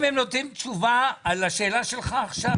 אם הם נותנים תשובה על השאלה שלך עכשיו,